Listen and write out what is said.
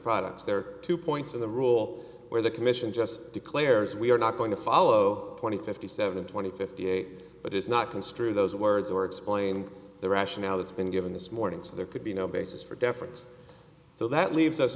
products there are two points of the rule where the commission just declares we are not going to follow twenty fifty seven twenty fifty eight but is not construe those words or explain the rationale that's been given this morning so there could be no basis for deference so that leaves us